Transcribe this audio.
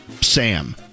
Sam